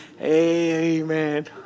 Amen